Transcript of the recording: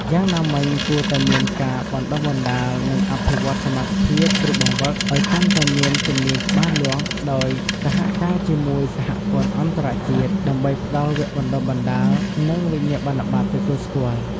យ៉ាងណាមិញគួរតែមានការបណ្តុះបណ្តាល និងអភិវឌ្ឍសមត្ថភាពគ្រូបង្វឹកឱ្យកាន់តែមានជំនាញច្បាស់លាស់ដោយសហការជាមួយសហព័ន្ធអន្តរជាតិ ដើម្បីផ្ដល់វគ្គបណ្តុះបណ្តាល និងវិញ្ញាបនបត្រទទួលស្គាល់។